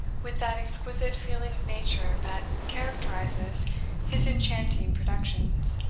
with that exquisite feeling of nature that characterises his enchanting productions.